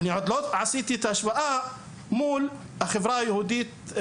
אני עוד לא עשיתי את ההשוואה מול החברה היהודית.